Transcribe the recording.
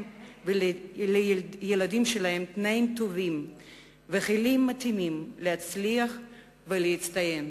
ולילדים שלהם תנאים טובים וכלים מתאימים להצליח ולהצטיין.